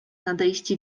nadejść